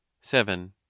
seven